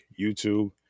YouTube